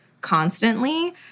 constantly